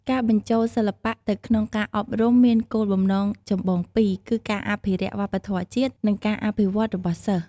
ការបញ្ចូលសិល្បៈទៅក្នុងការអប់រំមានគោលបំណងចម្បងពីរ គឺការអភិរក្សវប្បធម៌ជាតិ និងការអភិវឌ្ឍរបស់សិស្ស។